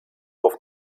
auf